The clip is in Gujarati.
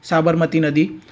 સાબરમતી નદી